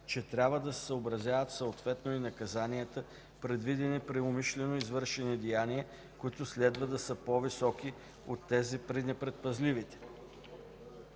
че трябва да се съобразят съответно и наказанията, предвидени при умишлено извършените деяния, които следва да са по-високи от тези при непредпазливите.